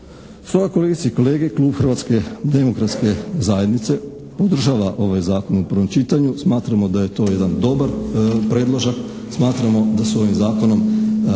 Stoga kolegice i kolege klub Hrvatske demokratske zajednice podržava ovaj zakon u prvom čitanju. Smatramo da je to jedan dobar predložak, smatramo da su ovim zakonom